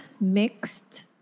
mixed